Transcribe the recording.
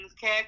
kick